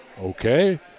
Okay